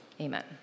Amen